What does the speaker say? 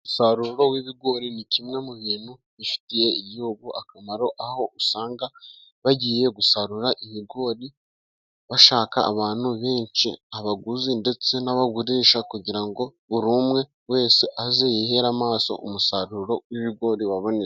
Umusaruro w'ibigori ni kimwe mu bintu bifitiye igihugu akamaro. Aho usanga bagiye gusarura ibigori bashaka abantu benshi, abaguzi ndetse n'abagurisha kugira ngo buri umwe wese aze yihere amaso umusaruro w'ibigori wabonetse.